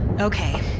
Okay